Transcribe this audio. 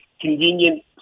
convenient